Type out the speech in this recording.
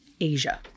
Asia